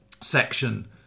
section